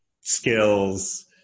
skills